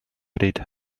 bryd